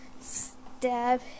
Stab